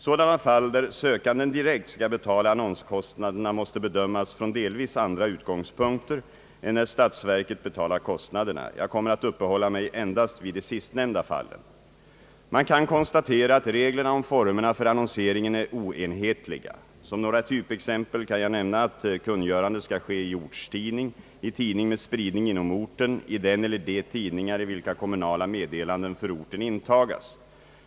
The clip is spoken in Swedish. Sådana fall där sökanden direkt skall betala annonskostnaderna måste bedömas från delvis andra utgångspunkter än när statsverket betalar kostnaderna. Jag kommer att uppehålla mig endast vid de sistnämnda fallen. Man kan konstatera att reglerna om formerna för annonseringen är oenhetliga. Som några typexempel kan jag nämna att kungörande skall ske »i ortstidning», »i tidning med spridning inom orten», »i den eller de tidningar i vilka kommunala meddelanden för orten intagas».